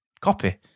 copy